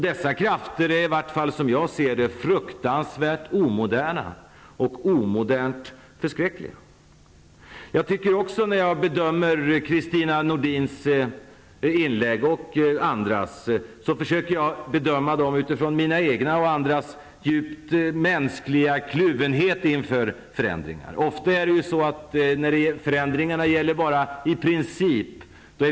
Dessa krafter är, i varje fall som jag ser det, fruktansvärt omoderna och omodernt förskräckliga. När jag bedömer Kristina Nordins och andras inlägg försöker jag göra det utifrån mina egna och andras djupt mänskliga kluvenhet inför förändringar. Ofta är det ju så att vi är positiva när förändringarna gäller bara ''i princip''.